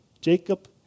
Jacob